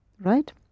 right